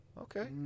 Okay